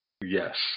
yes